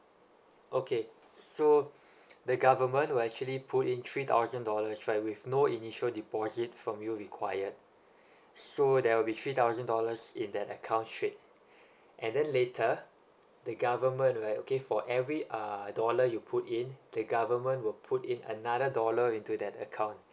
okay so the government will actually put in three thousand dollars right with no initial deposit from you required so there will be three thousand dollars in that account straight and then later the government right okay for every dollar you put in the government will put in another dollar into that account